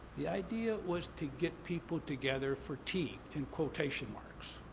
the idea was to get people together for tea, in quotation marks.